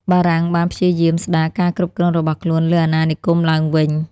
បារាំងបានព្យាយាមស្ដារការគ្រប់គ្រងរបស់ខ្លួនលើអាណានិគមឡើងវិញ។